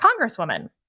Congresswoman